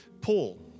Paul